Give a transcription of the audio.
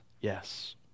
yes